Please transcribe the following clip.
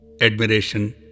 admiration